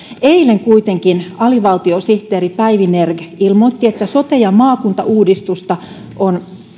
eilen kuitenkin alivaltiosihteeri päivi nerg ilmoitti että sote ja maakuntauudistusta on